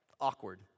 Awkward